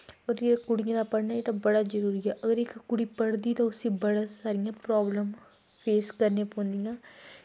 होर कुड़ियें दा पढ़ना बड़ा जरूरी ऐ अगर इक कुड़ी पढ़दी तां उस्सी बड़ियां सारियां प्राब्लम फेस करनियां पौंदियां